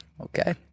Okay